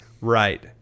Right